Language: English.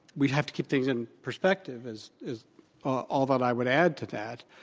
we have to keep things in perspective, as as although i would add to that,